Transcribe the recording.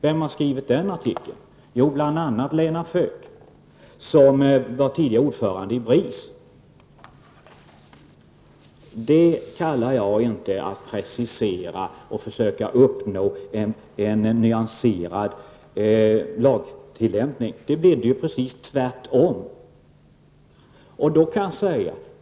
Vem har skrivit den artikeln? Jo, bl.a. Lena Feuk, som tidigare var ordförande i BRIS. Det kallar jag inte att precisera och försöka uppnå en nyanserad lagtillämpning. Det blev ju precis tvärtom.